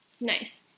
Nice